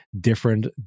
different